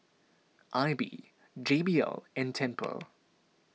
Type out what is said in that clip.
Aibi J B L and Tempur